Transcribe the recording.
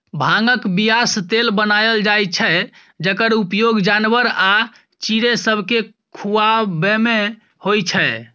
भांगक बीयासँ तेल बनाएल जाइ छै जकर उपयोग जानबर आ चिड़ैं सबकेँ खुआबैमे होइ छै